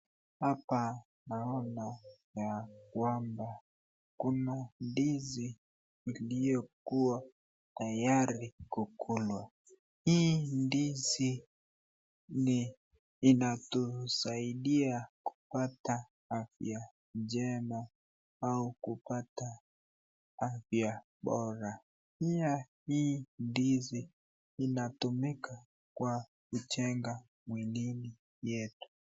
Hapa naona ya kwamba Kuna ndizi iliyo kuwa tayari kukulwa. Hii ndizi inatusaidia kupata afya njema au kupata afya bora. Pia hii ndizi inatumika kwa kujenga mwilini yetu.